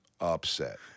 upset